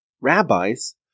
rabbis